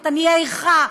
את עניי עירך,